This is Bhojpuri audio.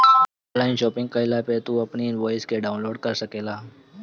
ऑनलाइन शॉपिंग कईला पअ तू अपनी इनवॉइस के डाउनलोड कअ सकेला